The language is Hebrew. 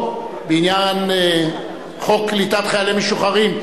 בעניין חוק קליטת חיילים משוחררים,